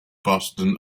boston